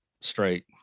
straight